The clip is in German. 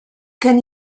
kann